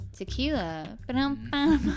Tequila